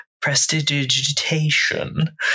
prestidigitation